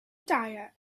diet